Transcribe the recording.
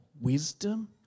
wisdom